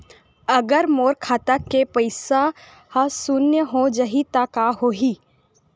अगर मोर खाता के पईसा ह शून्य हो जाही त का होही?